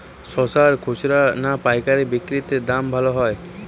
শশার খুচরা না পায়কারী বিক্রি তে দাম ভালো হয়?